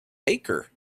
baker